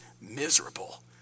miserable